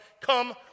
come